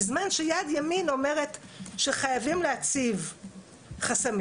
בזמן שיד ימין אומרת שחייבים להציב חסמים,